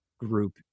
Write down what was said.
Group